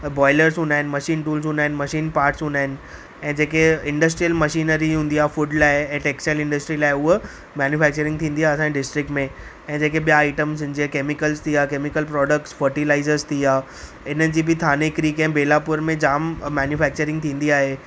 boilers हूंदा आहिनि machine tools हूंदा आहिनि मशीन पार्ट्स हूंदा आहिनि ऐं जेके इंदस्ट्रीयल मशीनरी हूंदी आहे फूड लाइ ऐं टैक्सटाइल इंडस्ट्री लाइ उहा मैन्यूफैक्चरिंग थींदी आहे असांजे डिस्ट्रिकट में ऐं जेके ॿिया आइटम्स आहिनि जीअंं कैमिकल्स थिया कैमिकल प्रोडक्टस फर्टीलाइज़र्स थिया हिनजी बि थाणे बेलापुर में जाम मैन्यूफैक्चरिंग थींदी आहे